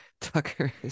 Tucker